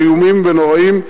איומים ונוראיים,